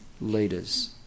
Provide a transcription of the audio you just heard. leaders